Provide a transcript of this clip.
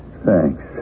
Thanks